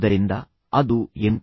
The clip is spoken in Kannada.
ಆದ್ದರಿಂದ ಅದು ಎಂ